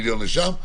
מיליון לשם,